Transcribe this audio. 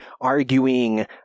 arguing